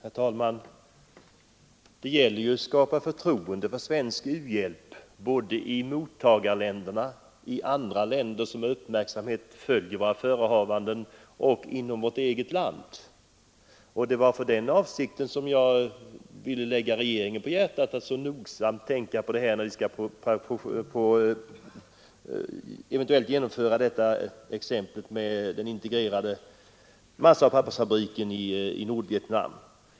Herr talman! Det gäller att skapa förtroende för svensk u-hjälp i mottagarländerna, i andra länder som med uppmärksamhet följer våra förehavanden och inom. vårt eget land. Det var detta jag ville lägga regeringen på hjärtat att tänka på i samband med uppförandet av den integrerade massaoch pappersfabriken i Nordvietnam.